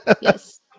Yes